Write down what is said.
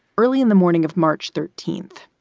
early in the morning of march thirteenth,